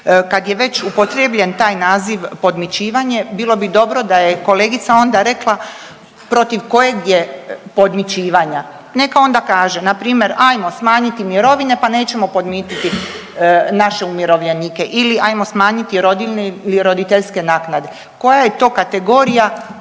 Kad je već upotrijebljen taj naziv podmićivanje bilo bi dobro da je kolegica onda rekla protiv kojeg je podmićivanja, neka onda kaže npr. ajmo smanjiti mirovine, pa nećemo podmititi naše umirovljenike ili ajmo smanjiti rodiljne ili roditeljske naknade, koja je to kategorija